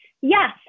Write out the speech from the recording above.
Yes